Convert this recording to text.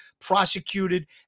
prosecuted